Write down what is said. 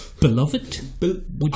beloved